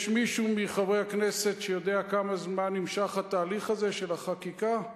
יש מישהו מחברי הכנסת שיודע כמה זמן נמשך התהליך הזה של החקיקה?